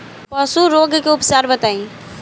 पशु रोग के उपचार बताई?